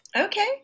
Okay